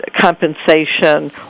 compensation